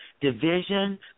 division